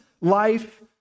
life